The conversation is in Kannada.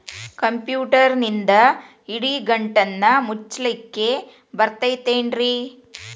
ಕಂಪ್ಯೂಟರ್ನಿಂದ್ ಇಡಿಗಂಟನ್ನ ಮುಚ್ಚಸ್ಲಿಕ್ಕೆ ಬರತೈತೇನ್ರೇ?